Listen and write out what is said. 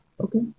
Okay